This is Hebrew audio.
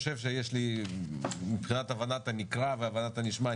אני חושב שיש לי יכולות מבחינת הבנת הנקרא והבנת הנשמע,